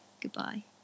goodbye